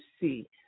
see